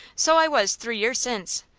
so i was three years since.